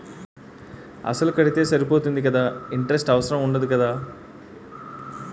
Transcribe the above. అసలు కడితే సరిపోతుంది కదా ఇంటరెస్ట్ అవసరం ఉండదు కదా?